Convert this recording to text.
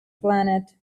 planet